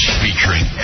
featuring